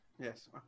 Yes